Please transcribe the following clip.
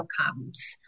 outcomes